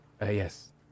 Yes